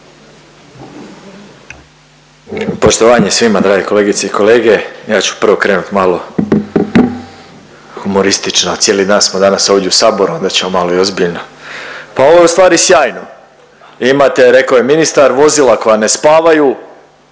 Poštovanje svima drage kolegice i kolege, ja ću prvo krenuti malo humoristično. Cijeli dan smo danas ovdje u Saboru, onda ćemo malo i ozbiljno. Pa ovo je ustvari sjajno. Imate, rekao je ministar, vozila koja ne spavaju,